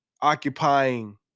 occupying